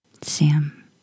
Sam